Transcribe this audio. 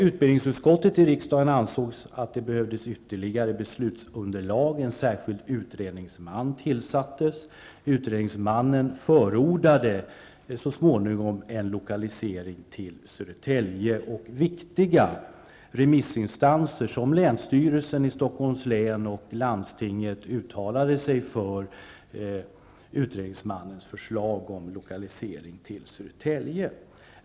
Utbildningsutskottet i riksdagen ansåg att det behövdes ytterligare beslutsunderlag, och en särskild utredningsman tillsattes. Utredningsmannen förordade så småningom en lokalisering till Södertälje, och viktiga remissinstanser som länsstyrelsen i Stockholms län och landstinget uttalade sig för utredningsmannens förslag om lokalisering till Södertälje.